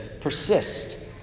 persist